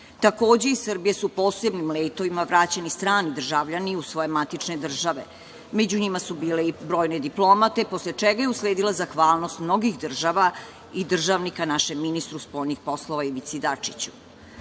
iz Srbije su posebnim letovima vraćeni strani državljani u svoje matične države, među njima su bile i brojne diplomate posle čega je usledila zahvalnost mnogih država i državnika našem ministru spoljnih poslova Ivicu Dačiću. Osećam